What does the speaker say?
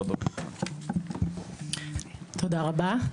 תודה רבה.